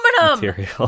material